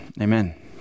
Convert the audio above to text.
Amen